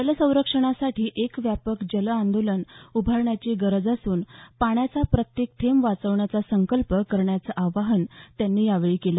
जल संरक्षणासाठी एक व्यापक जन आंदोलन उभारण्याची गरज असून पाण्याचा प्रत्येक थेंब वाचवण्याचा संकल्प करण्याचं आवाहन त्यांनी यावेळी केलं